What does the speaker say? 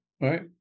right